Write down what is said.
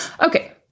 okay